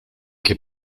que